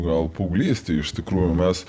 gal paauglystėj iš tikrųjų mes